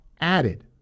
added